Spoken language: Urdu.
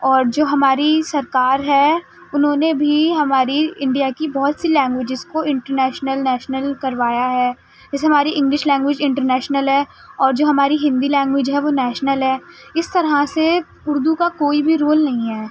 اور جو ہماری سرکار ہے انہوں ںے بھی ہماری انڈیا کی بہت سی لینگویجز کو انٹر نیشنل نیشنل کروایا ہے جیسے ہماری انگلش لینگویج اںٹر نیشنل ہے اور جو ہماری ہندی لینگویج ہے وہ نیشنل ہے اس طرح سے اردو کا کوئی بھی رول نہیں ہے